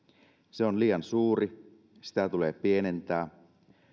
se on liian suuri sitä tulee pienentää